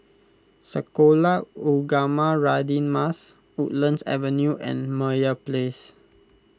Sekolah Ugama Radin Mas Woodlands Avenue and Meyer Place